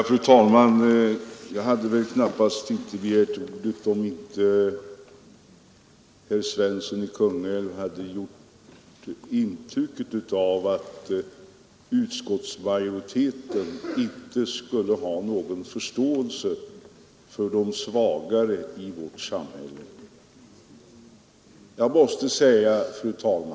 Fru talman! Jag hade knappast begärt ordet, om inte herr Svensson i Kungälv hade givit ett intryck av att utskottsmajoriteten inte skulle ha någon förståelse för de svagare i vårt samhälle.